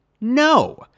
No